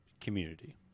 community